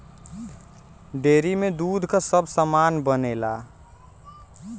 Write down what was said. dairy में दूध क सब सामान बनेला